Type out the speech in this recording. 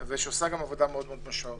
ועושה גם עבודה מאוד משמעותית.